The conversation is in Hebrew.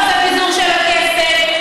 מה זה תשעה שרים שמפגינים מול בית ראש הממשלה,